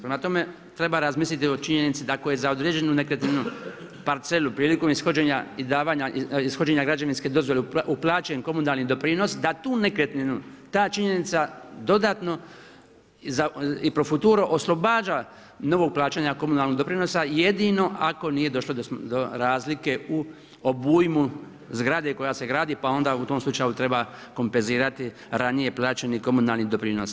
Prema tome treba razmisliti o činjenici da ako je za određenu nekretninu, parcelu prilikom ishođenja i davanja ishođenja građevinske dozvole uplaćen komunalni doprinos, da tu nekretninu, ta činjenica dodatno i pro futuro oslobađa novog plaćana komunalnog doprinosa jedino ako nije došlo do razlike u obujmu zgrade koja se gradi pa onda u tom slučaju treba kompenzirati ranije plaćanjem komunalnih doprinosa.